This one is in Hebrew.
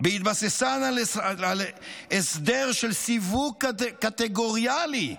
בהתבססן על הסדר של סיווג קטגוריאלי,